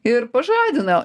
ir pažadina